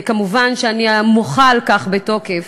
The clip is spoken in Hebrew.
ומובן שאני מוחה על כך בתוקף,